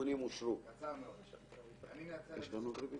הצבעה בעד, רוב נגד, אין נמנעים,